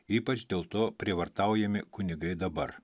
ypač dėl to prievartaujami kunigai dabar